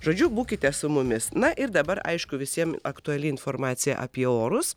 žodžiu būkite su mumis na ir dabar aišku visiem aktuali informacija apie orus